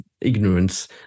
ignorance